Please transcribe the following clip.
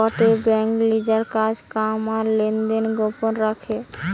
গটে বেঙ্ক লিজের কাজ কাম আর লেনদেন গোপন রাখে